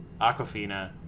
Aquafina